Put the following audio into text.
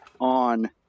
on